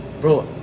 Bro